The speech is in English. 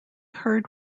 heard